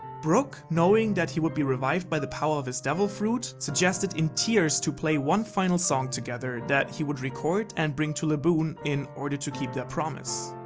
brook, knowing that he would be revived by the power of his devil fruit, suggested in tears to play one final song together, that he would record and bring to laboon, in order to keep their promise.